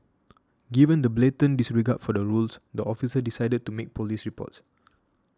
given the blatant disregard for the rules the officer decided to make police reports